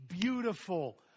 beautiful